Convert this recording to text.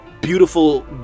beautiful